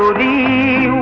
the